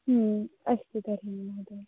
अस्तु तर्हि महोदय